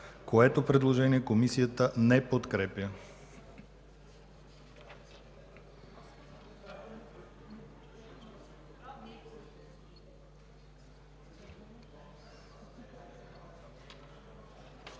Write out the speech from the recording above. което предложение Комисията не подкрепя.